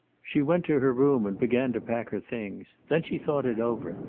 she went to her room and began to pack her things. then she thought it over,